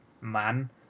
man